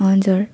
हजुर